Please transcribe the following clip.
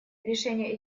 решение